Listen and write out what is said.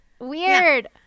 weird